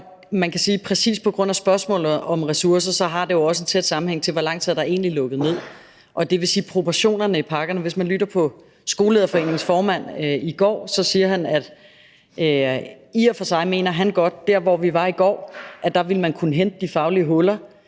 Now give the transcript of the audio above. man kan sige, at præcis på grund af spørgsmålet om ressourcer har det jo også en tæt sammenhæng med, hvor lang tid der egentlig er lukket ned, og det vil sige proportionerne i pakkerne. Hvis man lyttede til Skolelederforeningens formand i går, så sagde han, at han i og for sig mener, at vi dér, hvor vi var i går, ville kunne fylde de faglige huller,